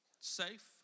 safe